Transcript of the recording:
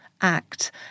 act